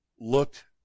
looked